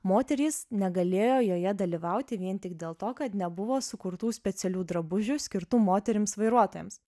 moterys negalėjo joje dalyvauti vien tik dėl to kad nebuvo sukurtų specialių drabužių skirtų moterims vairuotojoms